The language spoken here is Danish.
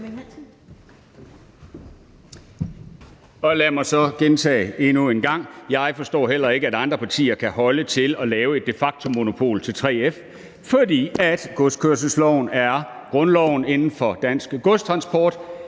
Lad mig så gentage endnu en gang: Jeg forstår heller ikke, at andre partier kan holde til at lave et de facto-monopol til 3F, for godskørselsloven er grundloven inden for den danske godstransport;